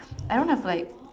I don't have like